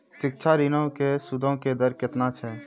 शिक्षा ऋणो के सूदो के दर केतना छै?